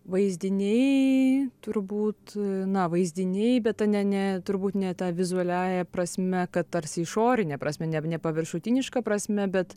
vaizdiniai turbūt na vaizdiniai bet ta ne ne turbūt ne ta vizualiąja prasme kad tarsi išorine prasme ne ne paviršutiniška prasme bet